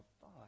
thought